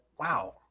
wow